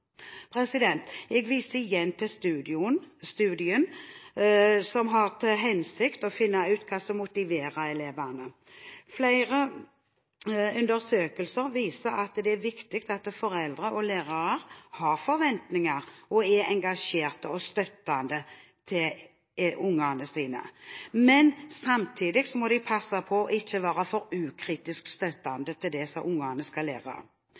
Jeg viser igjen til studien, som har til hensikt å finne ut hva som motiverer elevene. Flere undersøkelser viser at det er viktig at foreldre og lærere har forventninger og er engasjerte og støttende for ungene sine. Samtidig må de passe på ikke å være for ukritisk støttende til det som ungene skal lære.